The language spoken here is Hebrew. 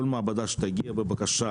כל מעבדה שתגיע בבקשה